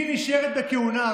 היא נשארת בכהונה,